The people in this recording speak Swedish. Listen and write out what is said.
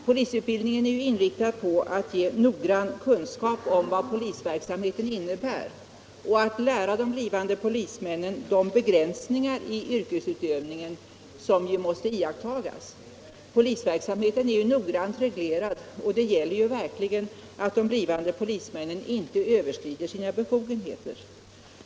Polisutbildningen är inriktad på att ge noggranna kunskaper om vad 43 polisverksamhet innebär och att lära blivande polismän de begränsningar i yrkesutövningen som måste iakttas. Polisverksamheten är noggrant reglerad, och det gäller verkligen för blivande polismän att inte överskrida sina befogenheter.